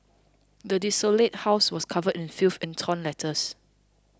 the desolated house was covered in filth and torn letters